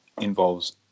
involves